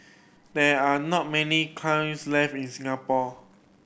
there are not many kilns left in Singapore